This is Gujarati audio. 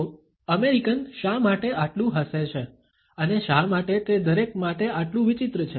તો અમેરિકન શા માટે આટલું હસે છે અને શા માટે તે દરેક માટે આટલું વિચિત્ર છે